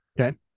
Okay